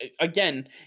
again